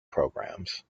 programs